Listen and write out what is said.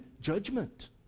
judgment